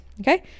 Okay